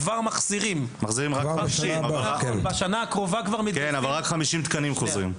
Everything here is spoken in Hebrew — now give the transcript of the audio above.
בשנה הקרובה מתגייסים --- אבל רק 50 תקנים חוזרים.